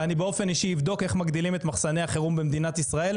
ואני באופן אישי אבדוק איך מגדילים את מחסני החירום במדינת ישראל,